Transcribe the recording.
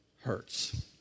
hurts